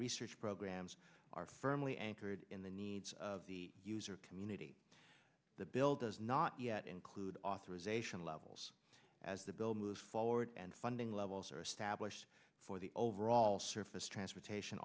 research programs are firmly anchored in the needs of the user community the bill does not yet include authorization levels as the build moves forward and funding levels are established for the overall surface transportation